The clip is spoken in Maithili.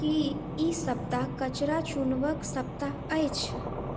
की ई सप्ताह कचड़ा चुनबाक सप्ताह अछि